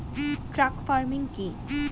Truck farming কি?